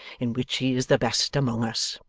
in which he is the best among us.